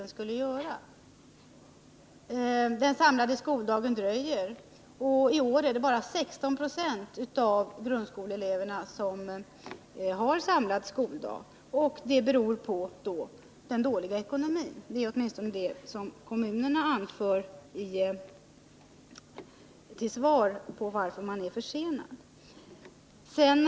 Genomförandet av den samlade skoldagen dröjer, och i år är det bara 16 20 av grundskoleelverna som har samlad skoldag, vilket alltså skulle bero på den dåliga ekonomin — det är åtminstone vad kommunerna anför som skäl till förseningen.